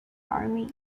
army